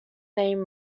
name